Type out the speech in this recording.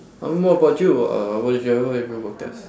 um what about you uh what did you what have you worked as